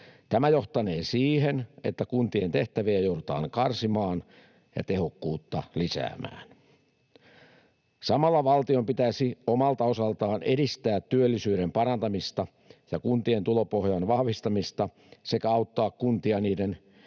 Tämä johtanee siihen, että kuntien tehtäviä joudutaan karsimaan ja tehokkuutta lisäämään. Samalla valtion pitäisi omalta osaltaan edistää työllisyyden parantamista ja kuntien tulopohjan vahvistamista sekä auttaa kuntia niiden